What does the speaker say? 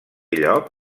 lloc